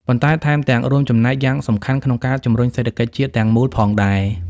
ប៉ុន្តែថែមទាំងរួមចំណែកយ៉ាងសំខាន់ក្នុងការជំរុញសេដ្ឋកិច្ចជាតិទាំងមូលផងដែរ។